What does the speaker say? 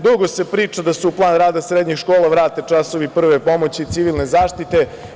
Dugo se priča da su u plan rada srednjih škola vrate časovi prve pomoći, civilne zaštite.